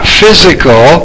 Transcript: physical